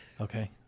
Okay